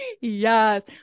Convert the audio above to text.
yes